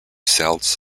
cells